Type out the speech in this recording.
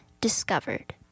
discovered